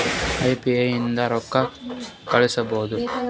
UPI ಲಿಂದ ರೊಕ್ಕ ಕಳಿಸಬಹುದಾ?